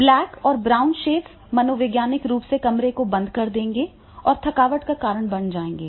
black और brown shades मनोवैज्ञानिक रूप से कमरे को बंद कर देंगे और थकावट का कारण बन जाएंगे